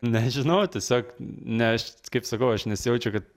nežinau tiesiog ne aš kaip sakau aš nesijaučiu kad